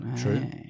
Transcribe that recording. true